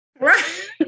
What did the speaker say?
Right